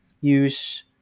use